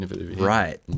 right